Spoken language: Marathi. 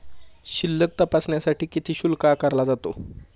शिल्लक तपासण्यासाठी किती शुल्क आकारला जातो?